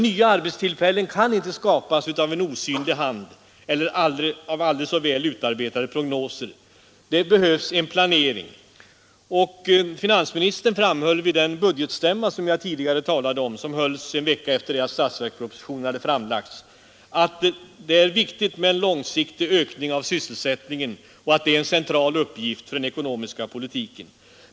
Nya arbetstillfällen kan inte skapas av en osynlig hand eller av aldrig så väl utarbetade prognoser. Det behövs en planering. Finansministern framhöll vid den budgetstämma som jag tidigare talade om och som hölls en vecka efter det att statsverkspropositionen hade framlagts, att det är viktigt med en långsiktig ökning av sysselsättningen och att en sådan är en central uppgift för den ekonomiska politiken.